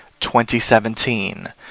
2017